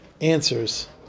answers